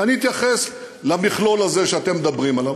אני אתייחס למכלול הזה שאתם מדברים עליו.